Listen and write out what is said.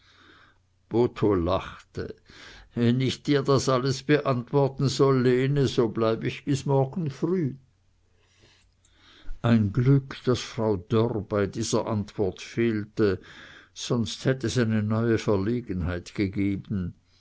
botho lachte wenn ich dir das alles beantworten soll lene so bleib ich bis morgen früh ein glück daß frau dörr bei dieser antwort fehlte sonst hätt es eine neue verlegenheit gegeben